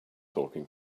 talking